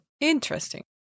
Interesting